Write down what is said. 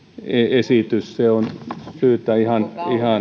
esitys se on syytä ihan